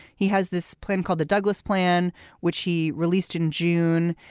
he has this plan called the douglas plan which he released in june.